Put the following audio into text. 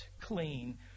clean